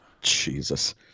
Jesus